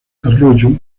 arroyo